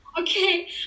okay